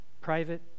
private